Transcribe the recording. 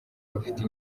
bafite